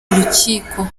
urukiko